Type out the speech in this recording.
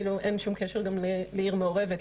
כאילו אין שום קשר לעיר מעורבת,